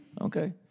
Okay